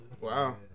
wow